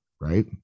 right